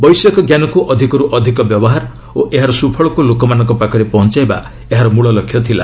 ବୈଷୟିକ ଜ୍ଞାନକୁ ଅଧିକର୍ତ ଅଧିକ ବ୍ୟବହାର ଓ ଏହାର ସୁଫଳକୁ ଲୋକମାନଙ୍କ ପାଖରେ ପହଞ୍ଚାଇବା ଏହାର ମଳଲକ୍ଷ୍ୟ ଥିଲା